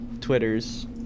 Twitters